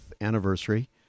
anniversary